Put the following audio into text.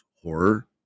horror